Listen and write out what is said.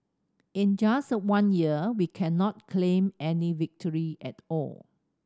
in just one year we cannot claim any victory at all